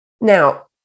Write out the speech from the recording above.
Now